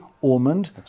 Ormond